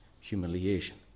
humiliation